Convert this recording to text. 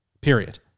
Period